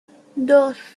dos